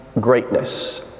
Greatness